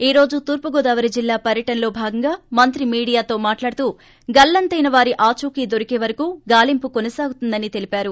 ఈ రోజు తూర్పు గోదావరి జిల్లా పర్యటనలో భాగంగా మంత్రి మీడియాతో మాట్లాడుతూ గల్లంతైన వారి ఆచూకీ దొరికే వరకూ గాలింపు కొనసాగుతుందని తెలిపారు